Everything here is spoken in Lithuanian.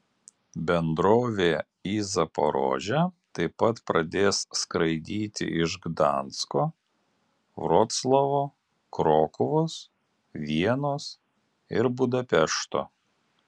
bendrovė į zaporožę taip pat pradės skraidyti iš gdansko vroclavo krokuvos vienos ir budapešto